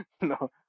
no